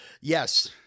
Yes